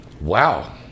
wow